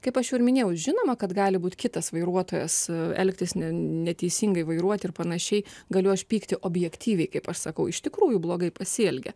kaip aš jau ir minėjau žinoma kad gali būti kitas vairuotojas elgtis neteisingai vairuoti ir panašiai galiu aš pykti objektyviai kaip aš sakau iš tikrųjų blogai pasielgė